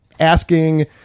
asking